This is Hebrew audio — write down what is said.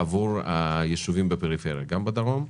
עבור היישובים בפריפריה, גם בדרום,